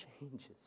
changes